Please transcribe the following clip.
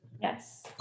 Yes